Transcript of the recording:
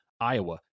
Iowa